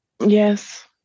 Yes